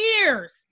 years